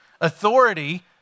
authority